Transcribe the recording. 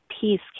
peace